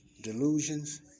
delusions